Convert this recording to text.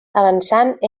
avançant